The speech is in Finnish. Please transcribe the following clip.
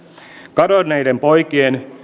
kadonneiden poikien